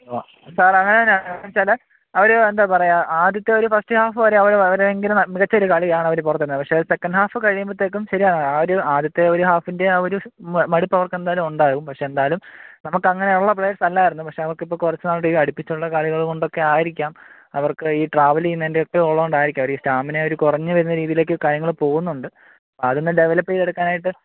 ഓ sir വച്ചാൽ അവർ എന്താ പറയുക ആദ്യത്തെ ഒരു ഫസ്റ്റ് ഹാഫ് വരെ അവർ വളരെ ഭയങ്കര മികച്ചൊരു കളിയാണ് അവർ പുറത്തെടുക്കുന്നത് പക്ഷെ അത് സെക്കൻ്റ് ഹാഫ് കഴിയുമ്പോഴത്തേക്കും ശരിയാണ് ആ ഒരു ആദ്യത്തെ ഒരു ഹാഫിൻ്റെ ആ ഒരു മടുപ്പ് അവർക്കെന്തായാലും ഉണ്ടാവും പക്ഷെ എന്തായാലും നമുക്ക് അങ്ങനെയുള്ള പ്ലെയെർസ് അല്ലായിരുന്നു പക്ഷേ അവർക്കിപ്പം കുറച്ചുനാൾ കൊണ്ട് ഈ അടുപ്പിച്ചുള്ള കളികൾ കൊണ്ടൊക്കെയായിരിക്കാം അവർക്ക് ഈ ട്രാവൽ ചെയ്യുന്നതിൻ്റെ ഒക്കെ ഉള്ളതുകൊണ്ടായിരിക്കാം ഒരു സ്റ്റാമിന ഒരു കുറഞ്ഞു വരുന്ന രീതിയിലേയ്ക്ക് കാര്യങ്ങൾ പോകുന്നുണ്ട് അപ്പോൾ അതൊന്നു ഡെവലപ്പ് ചെയ്തെടുക്കാനായിട്ട്